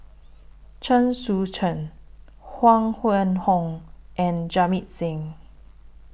Chen Sucheng Huang Wenhong and Jamit Singh